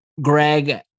Greg